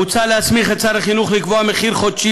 מוצע להסמיך את שר החינוך לקבוע מחיר חודשי